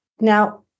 Now